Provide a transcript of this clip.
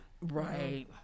Right